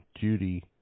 Judy